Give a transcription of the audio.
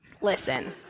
Listen